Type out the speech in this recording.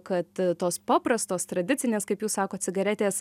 kad tos paprastos tradicinės kaip jūs sakot cigaretės